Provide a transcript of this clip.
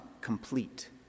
complete